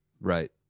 Right